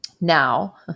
Now